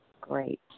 Great